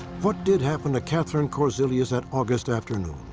what did happen to katherine korzilius that august afternoon?